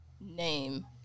name